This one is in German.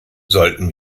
sollten